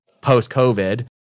post-COVID